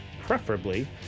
preferably